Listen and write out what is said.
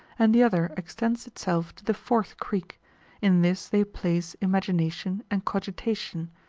and the other extends itself to the fourth creek in this they place imagination and cogitation,